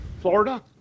Florida